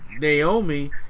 Naomi